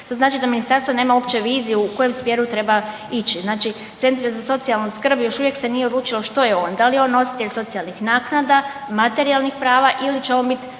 to znači da ministarstvo nema uopće viziju u kojem smjeru treba ići. Znači centri za socijalnu skrb još uvijek se nije odlučilo što je on, da li je on nositelj socijalnih naknada, materijalnih prava ili će on biti